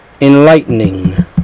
enlightening